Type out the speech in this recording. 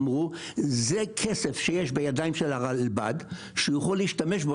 אמרו: זה כסף שיש בידיים של הרלב"ד שהוא יכול להשתמש בו,